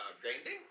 grinding